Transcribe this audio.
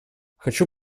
хочу